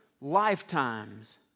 lifetimes